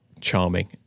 charming